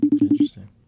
Interesting